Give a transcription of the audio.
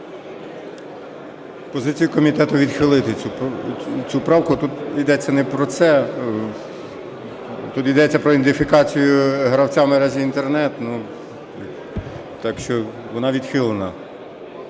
Позиція комітету відхилити цю правку, тут йдеться не про це, тут йдеться про ідентифікацію гравця в мережі Інтернет, так що вона відхилена.